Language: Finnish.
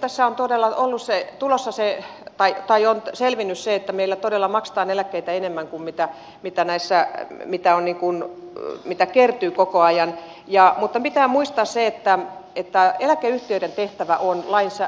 tässä on todella on useita tulos usein aika ajoin selvinnyt se että meillä todella maksetaan eläkkeitä enemmän kuin mitä kertyy koko ajan mutta pitää muistaa se että eläkeyhtiöiden tehtävä on